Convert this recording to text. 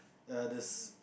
ya the s~